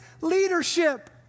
leadership